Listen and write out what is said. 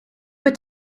were